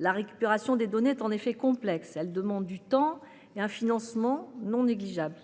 La récupération de données est, en effet, complexe. Elle demande du temps et un financement non négligeable.